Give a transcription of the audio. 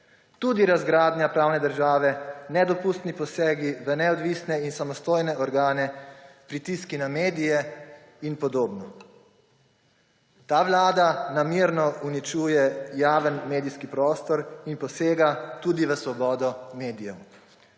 tudi razgradnja pravne države, nedopustni posegi v neodvisne in samostojne organe, pritiski na medije in podobno. Ta vlada namerno uničuje javni medijski prostor in posega tudi v svobodo medijev.